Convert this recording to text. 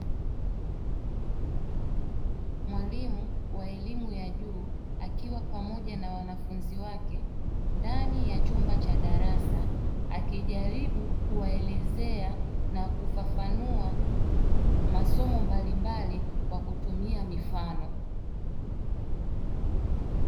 Mwalimu wa elimu ya juu akiwa pamoja na wanafunzi wake ndani ya chumba cha darasa, akijaribu kuwaelezea na kufafanua masomo mbalimbali kwa kutumia mifano.